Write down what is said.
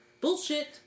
Bullshit